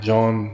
John